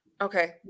Okay